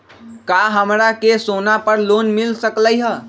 का हमरा के सोना पर लोन मिल सकलई ह?